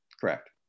Correct